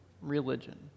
religion